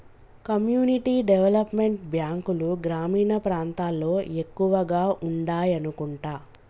community development బ్యాంకులు గ్రామీణ ప్రాంతాల్లో ఎక్కువగా ఉండాయనుకుంటా